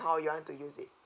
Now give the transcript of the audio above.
how you want to use it